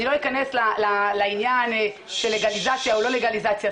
אני לא אכנס לעניין של לגליזציה או לא לגליזציה,